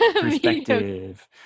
Perspective